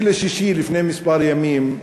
ב-6 ביוני, לפני כמה ימים,